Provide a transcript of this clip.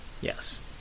Yes